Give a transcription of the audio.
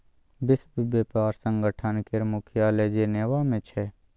विश्व बेपार संगठन केर मुख्यालय जेनेबा मे छै